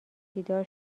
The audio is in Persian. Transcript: بیدار